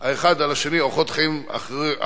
האחד על השני אורחות חיים אחרים,